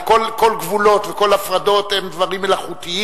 כל גבולות וכל הפרדות הם דברים מלאכותיים,